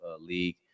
League